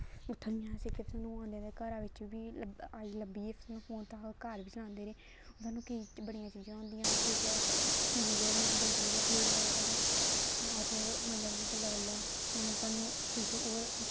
उत्थै बी असें दे घरा बिच्च बी लब्भा आई लब्भी सानूं फोन तां अस घर बी चलांदे रेह् सानूं केईं बड़ियां चीजां होंदियां फिर ओह्दे टी वी च बी बड़ी चीजां फ्ही ओह्दे बाद असें अस मतलब कि बल्लै बल्लै सानूं किश होर